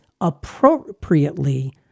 appropriately